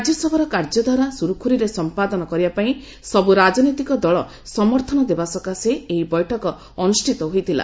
ରାଜ୍ୟସଭାର କାର୍ଯ୍ୟକ୍ରମ ସୁରୁଖୁରୁରେ ସମ୍ପାଦନ କରିବା ପାଇଁ ସବୁ ରାଜନୈତିକ ଦଳ ସମର୍ଥନ ଦେବା ସକାଶେ ଏହ ବୈଠକ ଅନୁଷ୍ଠିତ ହୋଇଥିଲା